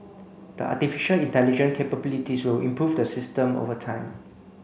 the artificial intelligence capabilities will improve the system over time